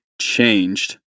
changed